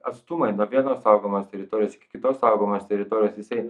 atstumai nuo vienos saugomos teritorijos iki kitos saugomos teritorijos jisai